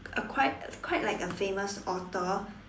a quite quite like a famous author